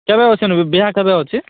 କେବେ ଆସି ନେବେ ବିହା କବେ ଅଛି